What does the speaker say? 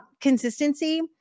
consistency